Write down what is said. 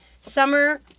summer